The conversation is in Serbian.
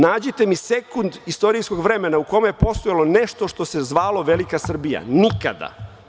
Nađite mi sekund istorijskog vremena u kome je postojalo nešto što se zvalo velika Srbija, nikada.